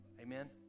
Amen